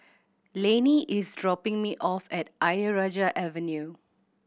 Laney is dropping me off at Ayer Rajah Avenue